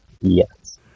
Yes